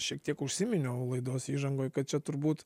šiek tiek užsiminiau laidos įžangoj kad čia turbūt